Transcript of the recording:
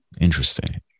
Interesting